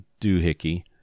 doohickey